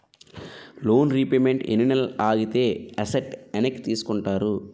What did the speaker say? Loan repayment ఎన్ని నెలలు ఆగితే ఎసట్ వెనక్కి తీసుకుంటారు?